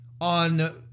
on